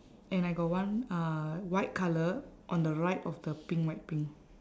and I got one uh white colour on the right of the pink white pink